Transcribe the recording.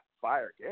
fire